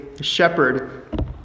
shepherd